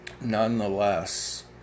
Nonetheless